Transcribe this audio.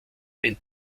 ein